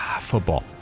football